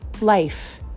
life